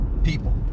people